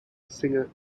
singer